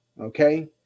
okay